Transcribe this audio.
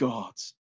God's